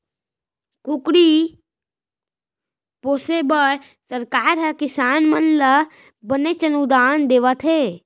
कुकरी पोसे बर सरकार हर किसान मन ल बनेच अनुदान देवत हे